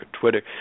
Twitter